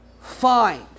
find